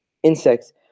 Insects